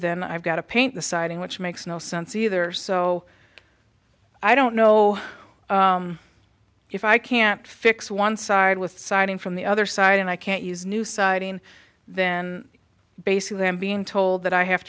then i've got to paint the siding which makes no sense either so i don't know if i can't fix one side with siding from the other side and i can't use new siding then basically i'm being told that i have